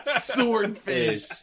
Swordfish